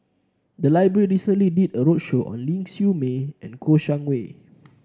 the library recently did a roadshow on Ling Siew May and Kouo Shang Wei